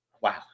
wow